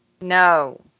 No